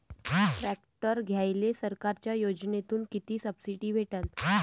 Tractor घ्यायले सरकारच्या योजनेतून किती सबसिडी भेटन?